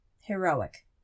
heroic